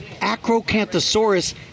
Acrocanthosaurus